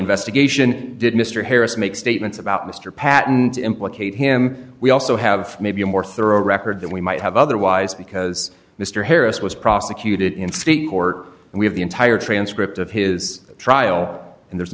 investigation did mr harris make statements about mr patten and implicate him we also have maybe a more thorough record than we might have otherwise because mr harris was prosecuted in state court and we have the entire transcript of his trial and there's